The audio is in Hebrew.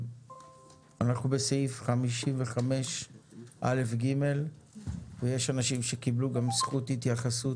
אנחנו בסעיף 55א12ג. ויש אנשים שקיבלו גם זכות התייחסות